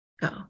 go